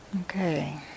Okay